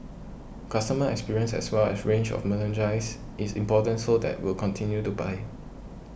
customer experience as well as range of is important so that will continue to buy